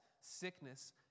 sickness